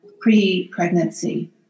pre-pregnancy